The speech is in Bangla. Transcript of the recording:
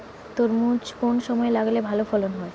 তরমুজ কোন সময় লাগালে ভালো ফলন হয়?